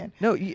No